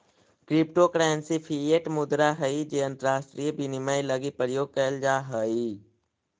crypto currency fiat मुद्रा हइ जे अंतरराष्ट्रीय विनिमय लगी प्रयोग कैल जा हइ